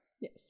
Yes